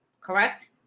correct